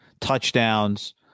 touchdowns